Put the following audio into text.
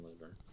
liver